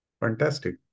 Fantastic